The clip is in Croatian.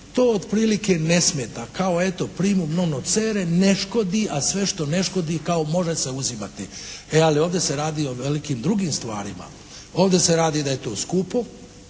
to otprilike ne smeta, kao eto primum nono cere ne škodi, a sve što ne škodi kao može se uzimati. E ali ovdje se radi o velikim drugim stvarima. Ovdje se radi da je to skupo.